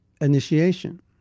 initiation